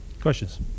Questions